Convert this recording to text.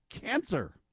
cancer